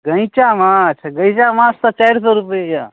गैञ्चा माछ गैञ्चा माछ तऽ चारि सए रुपैयेयऽ